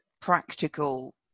practical